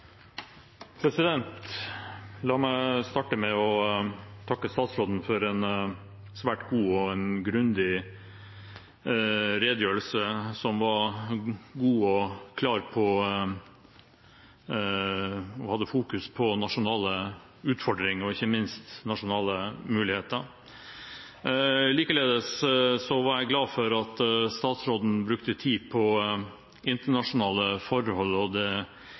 grundig redegjørelse, som var klar og hadde fokus på nasjonale utfordringer og ikke minst nasjonale muligheter. Likeledes var jeg glad for at statsråden brukte tid på internasjonale forhold og det